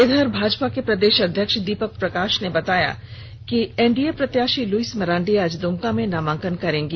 इधर भाजपा के प्रदेश अध्यक्ष दीपक प्रकाश ने बताया कि एनडीए प्रत्याशी लुइस मरांडी आज दुमका में नामांकन करेंगी